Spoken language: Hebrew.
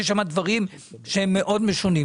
יש שם דברים שהם מאוד משונים.